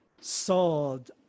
sold